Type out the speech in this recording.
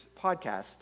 podcast